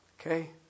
Okay